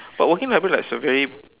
but working library like it's a very